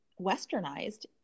westernized